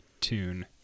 tune